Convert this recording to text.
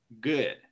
good